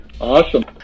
Awesome